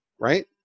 Right